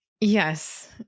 Yes